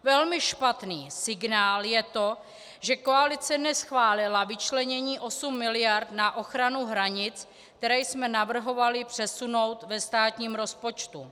Velmi špatný signál je to, že koalice neschválila vyčlenění osmi miliard na ochranu hranic, které jsme navrhovali přesunout ve státním rozpočtu.